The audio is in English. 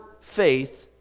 faith